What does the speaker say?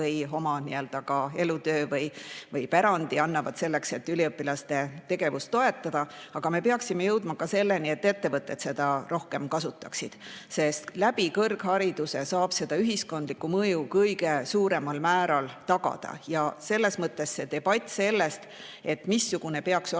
või annavad oma elutöö või pärandi selleks, et üliõpilaste tegevust toetada. Aga me peaksime jõudma ka selleni, et ettevõtted seda rohkem kasutaksid, sest kõrghariduse kaudu saab ühiskondlikku mõju kõige suuremal määral tagada. Selles mõttes debatt selle üle, missugune peaks olema